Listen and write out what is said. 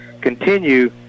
continue